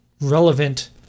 relevant